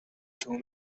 too